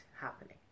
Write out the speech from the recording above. happening